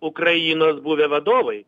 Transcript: ukrainos buvę vadovai